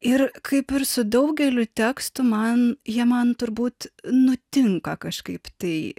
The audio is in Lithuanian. ir kaip ir su daugeliu tekstų man jie man turbūt nutinka kažkaip tai